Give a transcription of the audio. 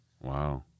Wow